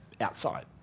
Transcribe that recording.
outside